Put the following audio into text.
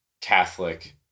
Catholic